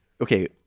okay